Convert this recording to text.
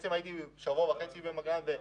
הייתי שבוע וחצי במגל"ן.